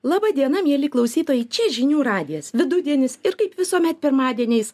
laba diena mieli klausytojai čia žinių radijas vidudienis ir kaip visuomet pirmadieniais